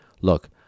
Look